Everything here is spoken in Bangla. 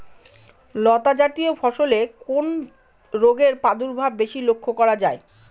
লতাজাতীয় ফসলে কোন রোগের প্রাদুর্ভাব বেশি লক্ষ্য করা যায়?